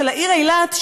של העיר אילת,